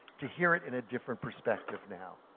to hear it in a different perspective now,